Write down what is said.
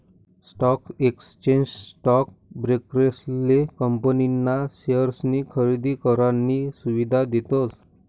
stock exchange stock ब्रोकरेसले company ना शेअर्सनी खरेदी करानी सुविधा देतस